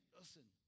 listen